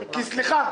סליחה,